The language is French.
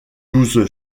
douze